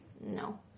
No